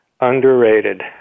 underrated